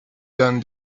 than